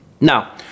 now